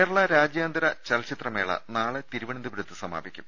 കേരള രാജ്യാന്തര ചലച്ചിത്രമേള നാളെ തിരുവനന്തപുരത്ത് സമാപിക്കും